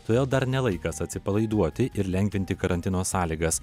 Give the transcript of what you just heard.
todėl dar ne laikas atsipalaiduoti ir lengvinti karantino sąlygas